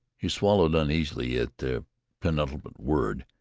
he swallowed uneasily at the penultimate word,